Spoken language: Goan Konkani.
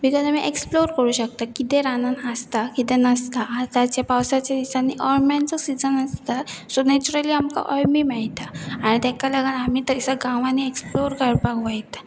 बिकॉज आमी एक्सप्लोर करू शकता कितें रानान आसता कितें नासता आतांच्या पावसाच्या दिसांनी अळम्यांचो सिजन आसता सो नॅचुरली आमकां अळमी मेळटा आनी ताका लागून आमी गांवांनी एक्सप्लोर काडपाक वयता